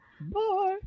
bye